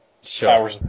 Sure